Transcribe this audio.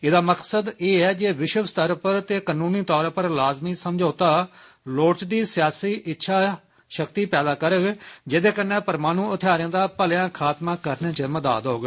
एहदा मकसद एह् ऐ जे विश्व स्तर पर ते कनूनी तौर पर लाजमी समझौता लोडचदी सियासी इच्छा शक्ति पैदा करोग जेह्दे कन्नै परमाणु थेआरें दा भलेआं खात्मा करने च मदाद होग